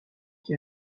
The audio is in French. qui